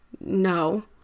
No